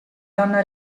donna